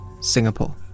Singapore